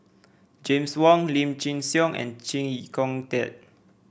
James Wong Lim Chin Siong and Chee Kong Tet